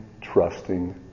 trusting